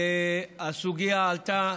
והסוגיה עלתה.